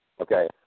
Okay